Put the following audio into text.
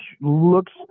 looks